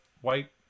white